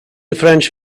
french